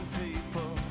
people